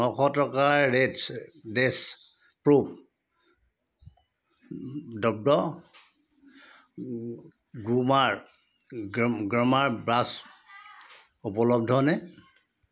নশ টকাৰ ৰেটছ্ ডেচ পু ডপ্ড গ্ৰুমাৰ গ্ৰাম গ্ৰামাৰ ব্ৰাছ উপলব্ধ নে